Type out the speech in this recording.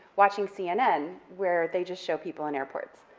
watching cnn, where they just show people in airports.